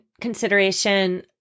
Consideration